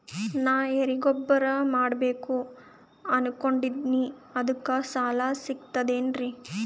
ನಾ ಎರಿಗೊಬ್ಬರ ಮಾಡಬೇಕು ಅನಕೊಂಡಿನ್ರಿ ಅದಕ ಸಾಲಾ ಸಿಗ್ತದೇನ್ರಿ?